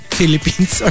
Philippines